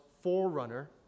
forerunner